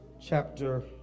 chapter